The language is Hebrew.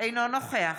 אינו נוכח